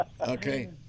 Okay